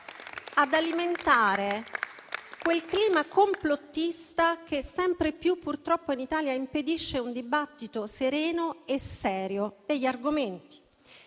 ad alimentare quel clima complottista che sempre più purtroppo in Italia impedisce un dibattito sereno e serio sugli argomenti.